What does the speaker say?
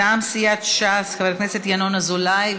מטעם סיעת ש"ס, חבר הכנסת ינון אזולאי.